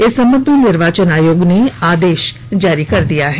इस संबंध में निर्वाचन आयोग ने आदेश जारी कर दिया है